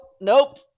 Nope